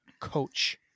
coach